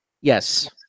Yes